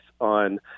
on